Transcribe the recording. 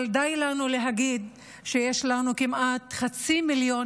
אבל די לנו להגיד שיש לנו כמעט חצי מיליון